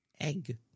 Egg